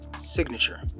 signature